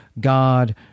God